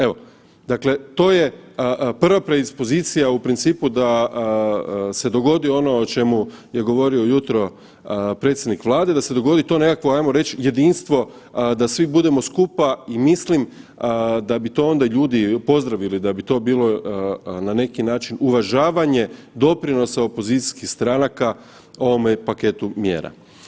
Evo, dakle to je prva predispozicija u principu da se dogodi ono o čemu je govorio ujutro predsjednik Vlade, da se dogodi to nekakvo ajmo reći jedinstvo da svi budemo skupa i mislim da bi to onda ljudi pozdravili, da bi to bilo na neki način uvažavanje doprinosa opozicijskih stranaka ovome paketu mjera.